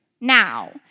now